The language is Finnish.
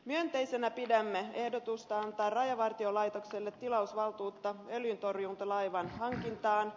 myönteisenä pidämme ehdotusta antaa rajavartiolaitokselle tilausvaltuus öljyntorjuntalaivan hankintaan